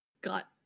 got